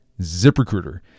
ZipRecruiter